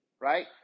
right